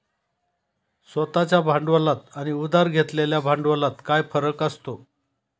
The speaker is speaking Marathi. स्वतः च्या भांडवलात आणि उधार घेतलेल्या भांडवलात काय फरक असतो?